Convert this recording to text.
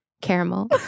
Caramel